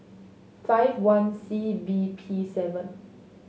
five one C B P seven